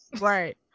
Right